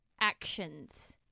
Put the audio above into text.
actions